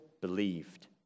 believed